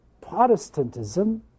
Protestantism